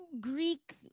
Greek